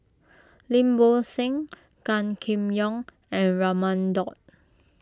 Lim Bo Seng Gan Kim Yong and Raman Daud